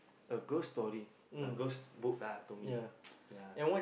a ghost story a ghost book lah to me ya